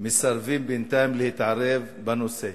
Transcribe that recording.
מסרבים בינתיים להתערב בנושא.